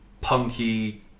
punky